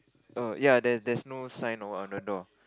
oh ya there there's no sign or what on the door